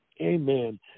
Amen